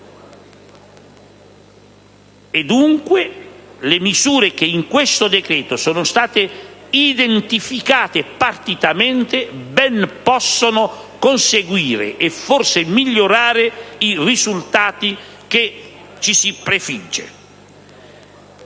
Dunque, le misure che nel decreto-legge in discussione sono state identificate partitamente ben possono conseguire e forse migliorare i risultati che ci si prefigge.